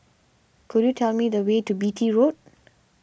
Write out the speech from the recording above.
could you tell me the way to Beatty Road